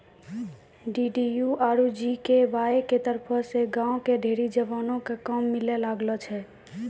DDU आरु GKY के तरफो से गांव के ढेरी जवानो क काम मिलै लागलो छै